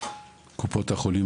קופות החולים,